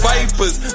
Vipers